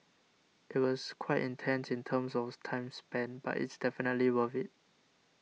it was quite intense in terms of time spent but it's definitely worth it